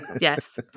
yes